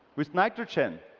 with nitrogen,